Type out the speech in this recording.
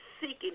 seeking